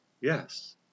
Yes